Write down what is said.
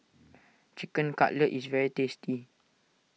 Chicken Cutlet is very tasty